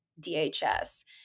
DHS